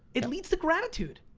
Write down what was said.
it leads to gratitude.